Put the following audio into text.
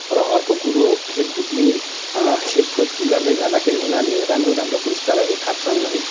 र अर्को कुरो खेलकुदले खेलकुद गर्दै जाँदाखेरि उनीहरूले राम्रो राम्रो पुरस्कारहरू थाप्छन् है